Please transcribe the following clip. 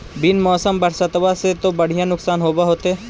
बिन मौसम बरसतबा से तो बढ़िया नुक्सान होब होतै?